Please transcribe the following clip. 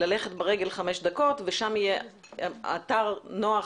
ללכת ברגל חמש דקות ושם יהיה אתר נוח,